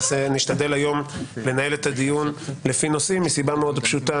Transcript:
נשתדל היום לנהל את הדיון לפי נושאים וזאת מסיבה מאוד פשוטה.